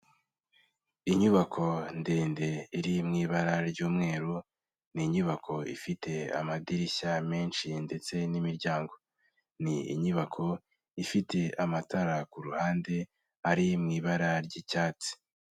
Inyubako ndende iri mu ibara ry'umweru, ni inyubako ifite amadirishya menshi ndetse n'imiryango, ni inyubako ifite amatara ku ruhande ari mu ibara ry'icyatsi.